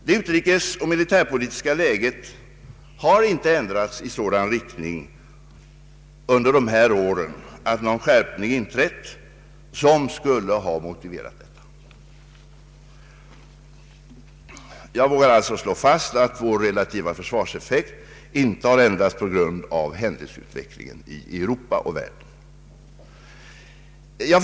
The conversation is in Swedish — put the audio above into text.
Det utrikesoch militärpolitiska läget har dock inte ändrats i sådan riktning under de två senaste åren att någon skärpning inträtt som skulle ha motiverat det. Jag vågar därför slå fast att vår relativa försvarseffekt inte har ändrats på grund av händelseutvecklingen i Europa och i världen i övrigt.